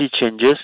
changes